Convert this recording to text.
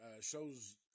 shows